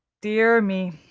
dear me,